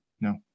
No